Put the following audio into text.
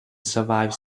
survive